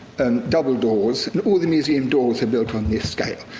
and double doors. and all the museum doors are built on the escape.